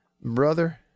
Brother